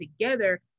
together